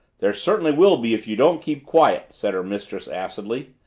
there certainly will be if you don't keep quiet, said her mistress acidly.